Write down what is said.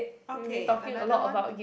okay another one